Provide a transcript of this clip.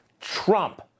Trump